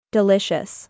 Delicious